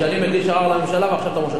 ולכן, אם אתה כבר אומר, תגיד את הכול.